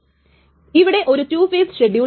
അതിന്റെ കൂടെ ആ ട്രാൻസാക്ഷൻ ആണ് വലുത്